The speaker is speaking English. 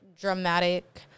dramatic